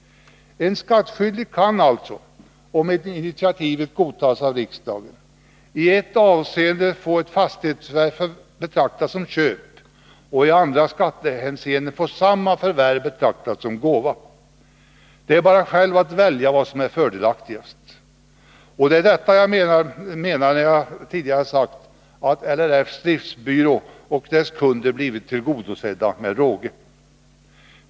En skattskyldig kan alltså, om initiativet godtas av riksdagen, i ett avseende få ett fastighetsförvärv betraktat som köp och i andra skatteavseenden få samma förvärv betraktat som gåva. Det är bara att själv välja vad som är fördelaktigast! Det är detta jag menat när jag tidigare sagt att LRF:s driftsbyrå och dess kunder blivit tillgodosedda med råge.